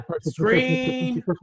Screen